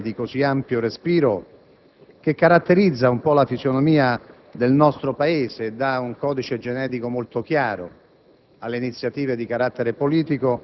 del Senato su un problema di così ampio respiro, che caratterizza la fisionomia del nostro Paese e dà un codice genetico molto chiaro